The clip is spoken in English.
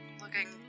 looking